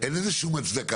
אין לזה שום הצדקה.